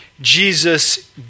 Jesus